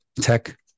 tech